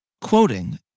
Quoting